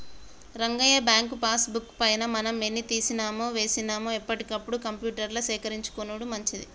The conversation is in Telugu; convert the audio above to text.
రంగయ్య బ్యాంకు పాస్ బుక్ పైన మనం ఎన్ని తీసినామో వేసినాము ఎప్పటికప్పుడు కంప్యూటర్ల సేకరించుకొనుడు మంచిది